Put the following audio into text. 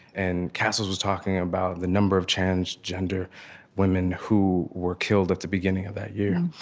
and cassils was talking about the number of transgender women who were killed at the beginning of that year.